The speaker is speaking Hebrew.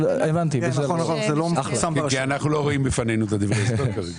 אנחנו כרגע לא רואים לפנינו את דברי ההסבר.